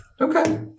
Okay